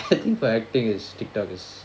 I think for acting it's tik tok is